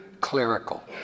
clerical